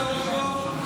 אין צורך בו,